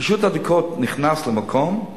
רשות העתיקות נכנסת למקום,